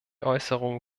äußerungen